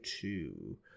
two